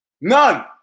None